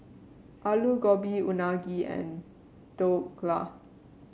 Alu Gobi Unagi and Dhokla